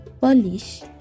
Polish